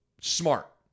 Smart